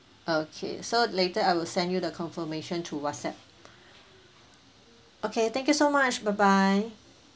okay so later I will send you the confirmation to WhatsApp okay thank you so much bye bye